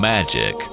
Magic